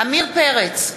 עמיר פרץ,